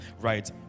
right